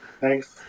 Thanks